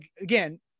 Again